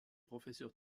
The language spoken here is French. professeur